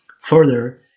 Further